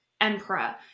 emperor